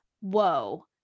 whoa